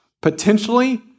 potentially